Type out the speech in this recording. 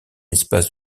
espace